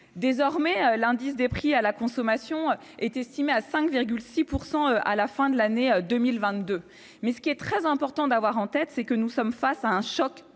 Désormais, l'indice des prix à la consommation est estimé à 5,6 % à la fin de l'année 2022. Il est très important d'avoir en tête que nous sommes face à un choc